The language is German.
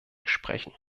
sprechen